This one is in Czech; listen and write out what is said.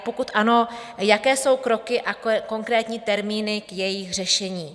Pokud ano, jaké jsou kroky a konkrétní termíny k jejich řešení?